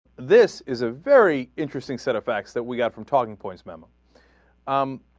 this is a very interesting set of facts that we got from talking points for them um